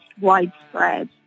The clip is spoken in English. widespread